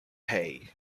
pay